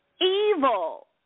evil